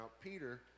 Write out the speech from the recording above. peter